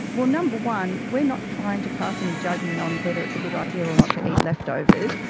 well, number one, we are not trying to pass any judgement on whether it's a good idea or not to eat leftovers,